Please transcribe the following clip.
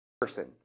person